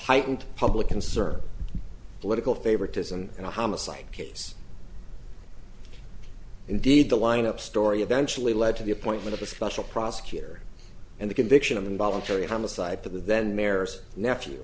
heightened public concern political favoritism and a homicide case indeed the line up story eventually led to the appointment of a special prosecutor and the conviction of involuntary homicide for the then mayor's nephew